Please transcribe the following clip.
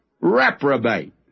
reprobate